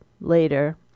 later